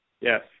Yes